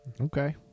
okay